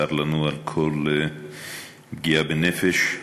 צר לנו על כל פגיעה בנפש,